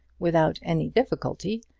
without any difficulty,